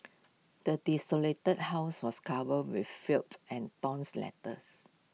the desolated house was covered with felt and tons letters